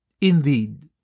Indeed